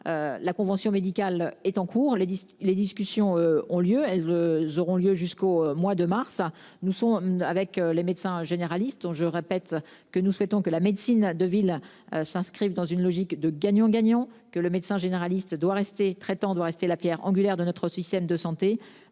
La convention médicale est en cours, les, les discussions ont lieu, elles auront lieu jusqu'au mois de mars nous sont avec les médecins généralistes dont je répète que nous souhaitons que la médecine de ville s'inscrivent dans une logique de gagnant-gagnant, que le médecin généraliste doit rester traitant doit rester la Pierre angulaire de notre système de santé.